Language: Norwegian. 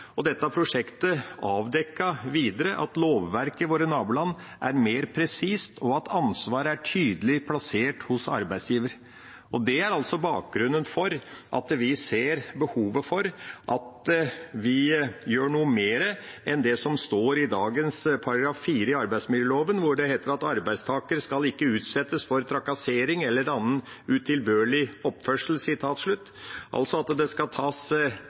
Dette prosjektet avdekket videre at lovverket i våre naboland er mer presist, og at ansvaret er tydelig plassert hos arbeidsgiver. Det er altså bakgrunnen for at vi ser behovet for at vi gjør noe mer enn det som står i dagens § 4 i arbeidsmiljøloven, hvor det heter: «Arbeidstaker skal ikke utsettes for trakassering eller annen utilbørlig opptreden.» Vi ønsker altså at det skal tas